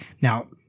now